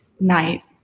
Night